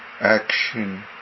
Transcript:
action